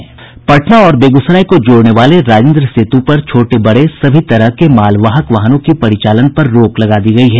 पटना और बेगूसराय को जोड़ने वाले राजेन्द्र सेतु पर छोटे बड़े सभी तरह के मालवाहक वाहनों के परिचालन पर रोक लगा दी गयी है